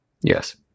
Yes